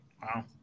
Wow